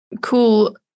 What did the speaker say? cool